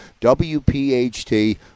WPHT